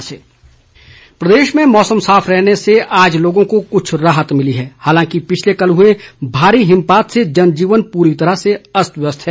मौसम प्रदेश में मौसम साफ रहने से आज लोगों को कुछ राहत मिली है हालांकि पिछले कल हुए भारी हिमपात से जनजीवन पूरी तरह अस्त व्यस्त है